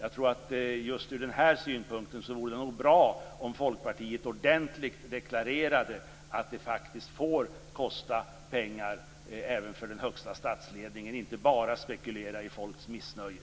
Från den här synpunkten vore det nog bra om Folkpartiet ordentligt deklarerade att det får kosta pengar även för den högsta statsledningen och inte bara spekulerade i folks missnöje.